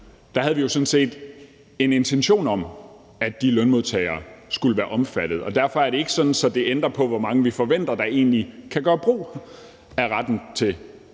havde vi jo sådan set en intention om, at de lønmodtagere skulle være omfattet. Derfor er det ikke sådan, at det ændrer på, hvor mange vi forventer der egentlig kan gøre brug af retten til tidlig